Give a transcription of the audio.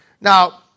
Now